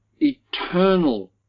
eternal